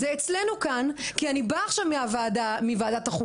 זה אצלנו כאן, כי אני באה עכשיו מוועדת החוקה,